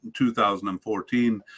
2014